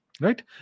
right